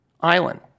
island